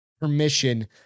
permission